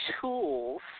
tools